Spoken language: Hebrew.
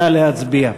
נא להצביע.